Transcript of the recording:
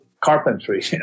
carpentry